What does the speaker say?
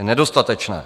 Je nedostatečné.